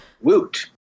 Woot